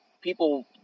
people